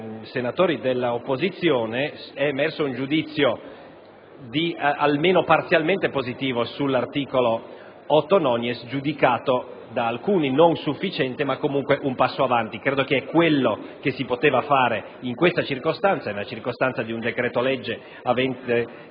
senatori dell'opposizione, è emerso un giudizio almeno parzialmente positivo sull'articolo 8*-novies*, giudicato da alcuni non sufficiente, ma comunque un passo avanti. Credo sia quanto si poteva fare in questa circostanza, quella di un decreto-legge